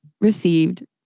received